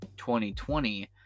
2020